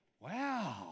Wow